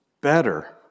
better